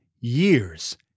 years